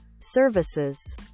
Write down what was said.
services